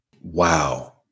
Wow